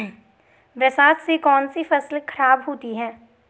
बरसात से कौन सी फसल खराब होती है?